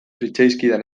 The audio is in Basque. zitzaizkidan